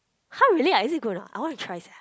!huh! really ah is it good or not I want to try sia